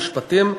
משפטים.